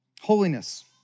holiness